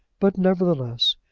but, nevertheless,